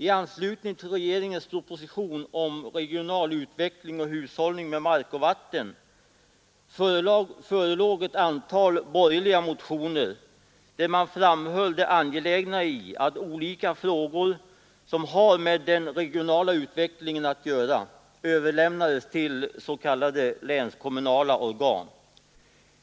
I anslutning till regeringens proposition om regional utveckling och hushållning med mark och vatten förelåg ett antal borgerliga motioner, där man framhöll det angelägna i att olika frågor som har med den regionala utvecklingen att göra överlämnades till s.k. länskommunala organ.